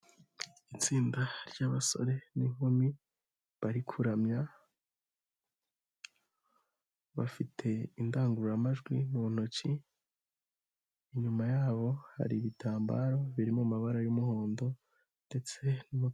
Itsinda ry'abasore n'inkumi bari kuramya, bafite indangururamajwi mu ntoki inyuma yabo hari ibitambaro biri muu mabara y'umuhondo ndetse.